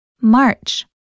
March